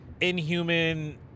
inhuman